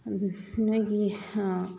ꯅꯣꯏꯒꯤ